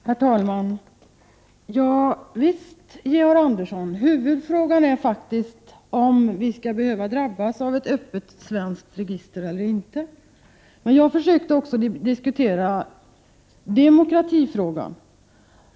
Prot. 1988/89:89 Herr talman! Javisst, Georg Andersson, är huvudfrågan om vi skall 4 april 1989 behöva drabbas av ett öppet svenskt register eller inte. Men jag försökte g fr R RAR ; Ompli å ett också diskutera demokratifrågan.